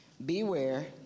Beware